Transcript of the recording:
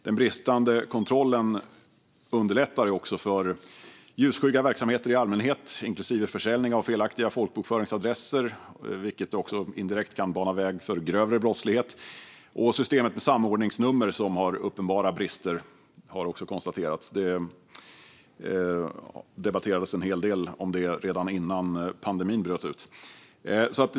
Den bristande kontrollen underlättar också för ljusskygga verksamheter i allmänhet, inklusive försäljning av felaktiga folkbokföringsadresser, vilket indirekt kan bana väg för grövre brottslighet, och gällande systemet med samordningsnummer, som också konstaterats ha uppenbara brister. Detta debatterades en hel del redan innan pandemin bröt ut.